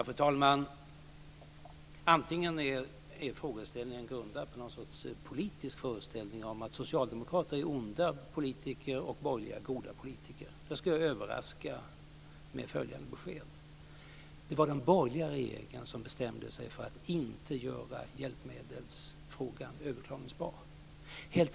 Fru talman! Frågeställningen är grundad på något slags politisk föreställning om att socialdemokrater är onda politiker och borgerliga goda politiker. Jag skulle vilja överraska med följande besked. Det var den borgerliga regeringen som bestämde sig för att inte göra frågan överklagningsbar.